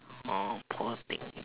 poor thing